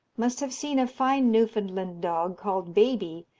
must have seen a fine newfoundland dog, called baby,